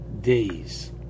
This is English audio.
days